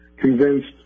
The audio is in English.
convinced